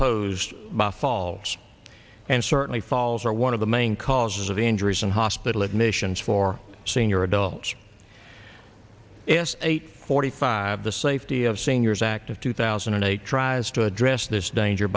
posed by fall and certainly falls are one of the main causes of the injuries in hospital admissions for senior adults yes eight forty five the safety of seniors act of two thousand and eight tries to address this danger